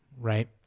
right